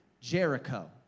Jericho